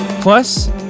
Plus